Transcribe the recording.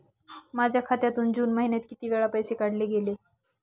माझ्या खात्यातून जून महिन्यात किती वेळा पैसे काढले गेले?